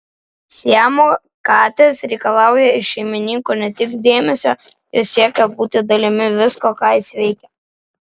siamo katės reikalauja iš šeimininko ne tik dėmesio jos siekia būti dalimi visko ką jis veikia